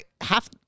half